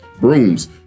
brooms